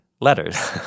letters